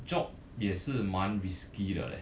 job 也是蛮 risky 的 leh